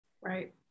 Right